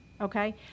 Okay